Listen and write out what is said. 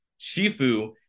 Shifu